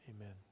Amen